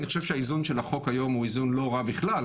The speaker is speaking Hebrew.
אני חושב שהאיזון של החוק היום הוא איזון לא רע בכלל,